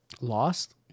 Lost